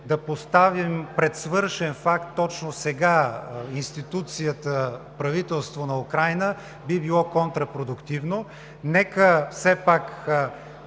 да поставим пред свършен факт точно сега институцията правителство на Украйна би било контрапродуктивно. Нека все пак